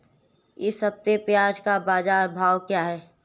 इस हफ्ते प्याज़ का बाज़ार भाव क्या है?